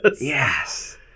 Yes